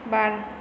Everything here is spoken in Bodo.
बार